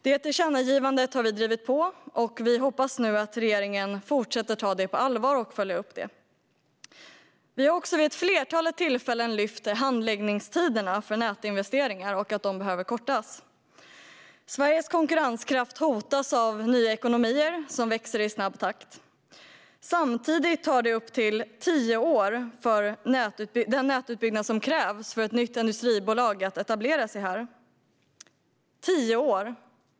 Det tillkännagivandet har vi moderater drivit på, och vi hoppas att regeringen fortsätter att ta tillkännagivandet på allvar och följer upp det. Moderaterna har också vid ett flertal tillfällen lyft upp frågan om att handläggningstiderna för nätinvesteringar behöver kortas. Sveriges konkurrenskraft hotas av nya ekonomier som växer i snabb takt. Samtidigt tar det upp till tio år för den nätutbyggnad som krävs för ett nytt industribolag att etablera sig här.